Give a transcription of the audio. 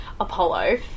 Apollo